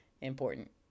important